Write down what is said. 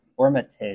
Formative